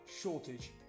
shortage